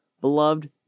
Beloved